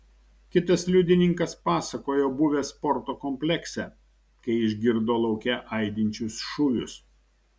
kitas liudininkas pasakojo buvęs sporto komplekse kai išgirdo lauke aidinčius šūvius